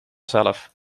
zelf